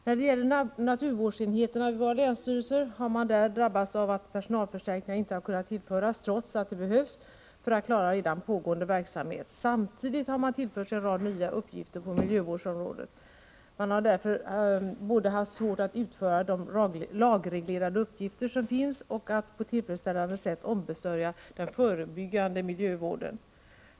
När det gäller naturvårdsenheterna vid våra länsstyrelser har man där drabbats av att personalförstärkningar inte har kunnat tillföras, trots att de behövs för att klara redan pågående verksamhet. Samtidigt har man tillförts en rad nya uppgifter på miljövårdsområdet. Man har därför haft svårt att både utföra de lagreglerade uppgifter som finns och på ett tillfredsställande sätt ombesörja den förebyggande miljövården.